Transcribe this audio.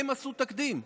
הם עשו תקדים.